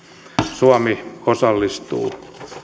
suomi osallistuu